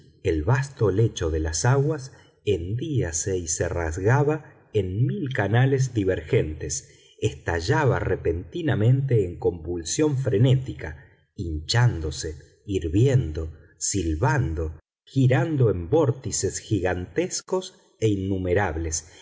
el vasto lecho de las aguas hendíase y se rasgaba en mil canales divergentes estallaba repentinamente en convulsión frenética hinchándose hirviendo silbando girando en vórtices gigantescos e innumerables